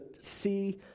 see